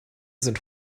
sind